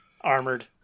Armored